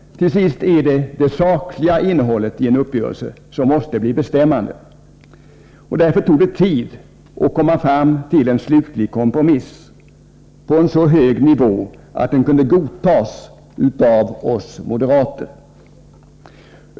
Till sist är det det sakliga innehållet i en uppgörelse som måste bli bestämmande. Därför tog det tid att komma fram till en slutlig kompromiss på en så hög nivå att den kunde godtas av oss moderater.